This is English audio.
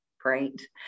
Great